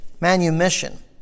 manumission